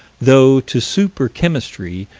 though to super-chemistry,